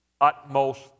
utmost